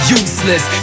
useless